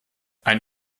ein